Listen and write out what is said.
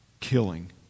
killing